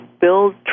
build